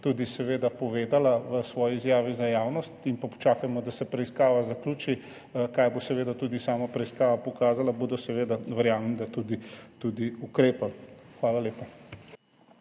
tudi seveda povedala v svoji izjavi za javnost. Počakajmo, da se preiskava zaključi, kaj bo seveda tudi sama preiskava pokazala. Verjamem, da bodo tudi ukrepali. Hvala lepa.